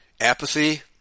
Apathy